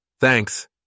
Thanks